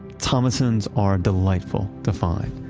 thomassons are delightful to find.